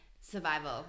Survival